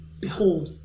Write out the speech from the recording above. behold